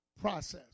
process